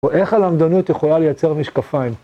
או איך הלמדונות יכולה לייצר משקפיים?